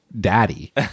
Daddy